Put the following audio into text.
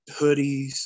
hoodies